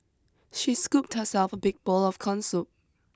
she scooped herself a big bowl of corn soup